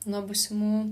nuo būsimų